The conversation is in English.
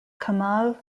kamal